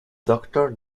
doctor